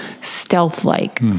stealth-like